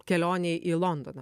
kelionei į londoną